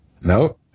no